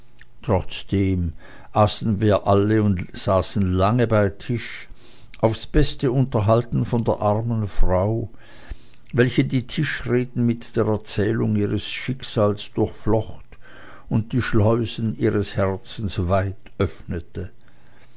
trotzdem aßen wir alle und saßen lange bei tisch aufs beste unterhalten von der armen frau welche die tischreden mit der erzählung ihres schicksales durchflocht und die schleusen ihres herzens weit öffnete